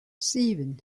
sieben